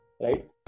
right